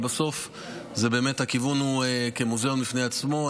אבל בסוף הכיוון הוא כמוזיאון בפני עצמו.